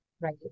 right